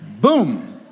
Boom